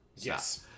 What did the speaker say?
Yes